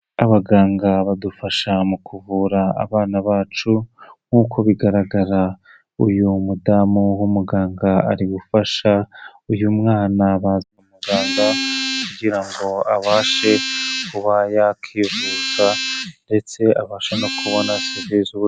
Abaganga badufasha mu kuvura abana bacu, nk'uko bigaragara uyu mudamu w'umuganga ari gufasha uyu mwana bazanye kwa muganga kugira ngo abashe kuba yakivuza ndetse abasha no kubona serivise z'ubu...